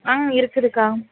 ஆ இருக்குதுக்கா